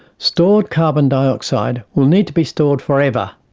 stored carbon dioxide will need to be stored forever,